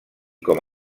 com